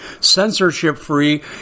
censorship-free